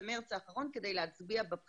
במרץ האחרון הוא הגיע במיוחד על מנת להצביע בבחירות.